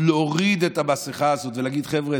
להוריד את המסכה הזאת להגיד: חבר'ה,